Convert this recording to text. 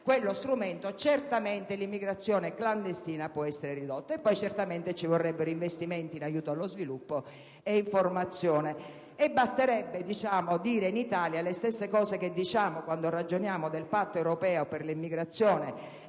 quello strumento, certamente l'immigrazione clandestina può essere risolta. Certamente ci vorrebbero investimenti in aiuto allo sviluppo e all'informazione. Basterebbe dire in Italia le stesse cose che diciamo quando ragioniamo del Patto europeo per l'immigrazione